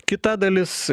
kita dalis